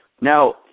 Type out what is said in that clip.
Now